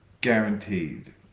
guaranteed